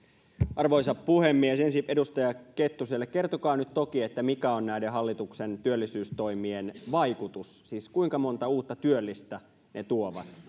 arvoisa puhemies ensin edustaja kettuselle kertokaa nyt toki mikä on näiden hallituksen työllisyystoimien vaikutus siis kuinka monta uutta työllistä ne tuovat